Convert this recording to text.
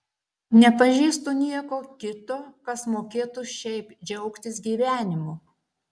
nepažįstu nieko kito kas mokėtų šiaip džiaugtis gyvenimu